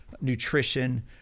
nutrition